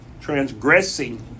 transgressing